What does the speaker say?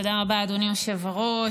תודה רבה, אדוני היושב-ראש.